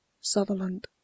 Sutherland